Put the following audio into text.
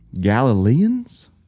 Galileans